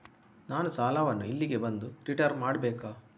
ನಾನು ಸಾಲವನ್ನು ಇಲ್ಲಿಗೆ ಬಂದು ರಿಟರ್ನ್ ಮಾಡ್ಬೇಕಾ?